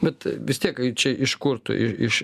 bet vis tiek čia iš kur tu iš